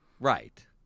Right